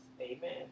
amen